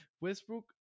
Westbrook